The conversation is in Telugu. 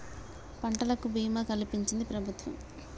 పంటలకు భీమా కలిపించించి ప్రభుత్వం